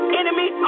enemy